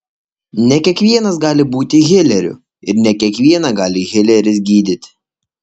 ne kiekvienas gali būti hileriu ir ne kiekvieną gali hileris gydyti